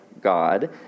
God